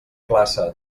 classe